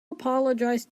apologized